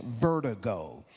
vertigo